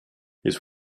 his